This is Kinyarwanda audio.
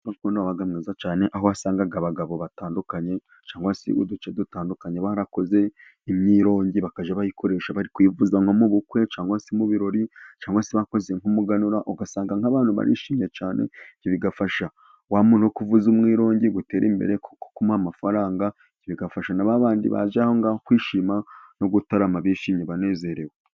Umuco gakondo wabaga mwiza cyane, aho wasangaga abagabo batandukanye, cyangwa se uduce dutandukanye barakoze imyirongi, bakajya bayikoresha bari kuyivuza nko mu bukwe, cyangwa se mu birori cyangwa se bakoze nk'umuganura, ugasanga nk'abantu barishimye cyane ibyo bigafasha wa muntu uri kuvuza umwirongi gutera imbere, kuko bamuha amafaranga, bigafasha na babandi baje aho ngaho kwishima, no gutararama bishimye banezerewe.